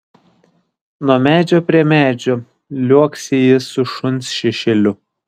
nuo medžio prie medžio liuoksi jis su šuns šešėliu